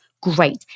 great